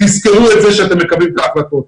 תזכרו את זה כשאתם מקבלים את ההחלטות.